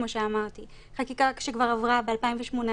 כמו שאמרתי חקיקה שכבר עברה ב-2018,